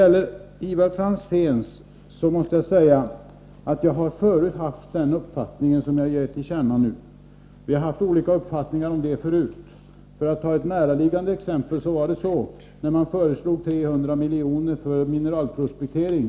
Till Ivar Franzén måste jag säga att vi har haft olika uppfattningar förut i frågan om man borde anslå hela beloppet på en gång eller inte. För att ta ett näraliggande exempel, var det likadant när det föreslogs 300 miljoner för mineralprospektering.